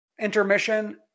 intermission